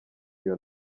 iyo